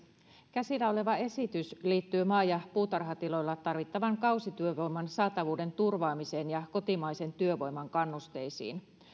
käsillä oleva esitys liittyy maa ja puutarhatiloilla tarvittavan kausityövoiman saatavuuden turvaamiseen ja kotimaisen työvoiman kannusteisiin